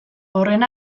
horren